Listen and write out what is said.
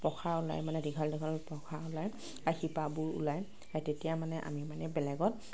পোখা ওলায় মানে দীঘল দীঘল পোখা ওলায় শিপাবোৰ ওলায় তেতিয়া মানে আমি মানে বেলেগত